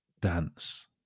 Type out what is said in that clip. dance